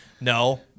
No